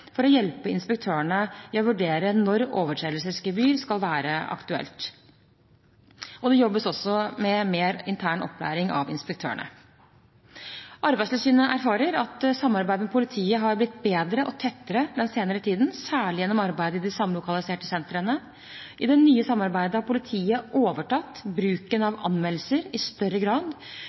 for å hjelpe inspektørene i å vurdere når overtredelsesgebyr kan være aktuelt. Det jobbes også med mer intern opplæring av inspektørene. Arbeidstilsynet erfarer at samarbeidet med politiet har blitt bedre og tettere den senere tiden, særlig gjennom arbeidet i de samlokaliserte sentrene. I det nye samarbeidet har politiet overtatt bruken av anmeldelser i større grad.